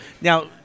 Now